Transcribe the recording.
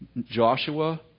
Joshua